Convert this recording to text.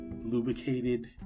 lubricated